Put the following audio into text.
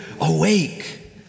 awake